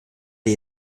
die